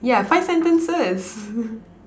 yeah five sentences